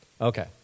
Okay